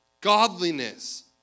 godliness